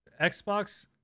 xbox